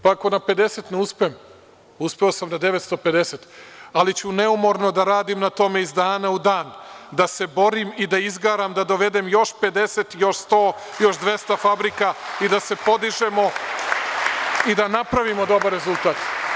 Pa ako na 50 ne uspem, uspeo sam na 950, ali ću neumorno da radim na tome iz dana u dan da se borim i da izgaram da dovedem 50, još 100, još 200 fabrika i da se podižemo i da napravimo dobar rezultat.